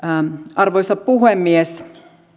arvoisa puhemies